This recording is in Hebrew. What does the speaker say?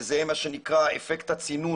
וזה מה שנקרא אפקט הצינון,